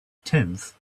tenth